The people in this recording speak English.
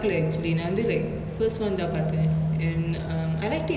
two right like wasn't very good so that's why I didn't bother watching her